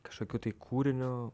kažkokiu tai kūriniu